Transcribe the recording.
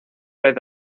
red